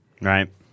Right